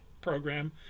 Program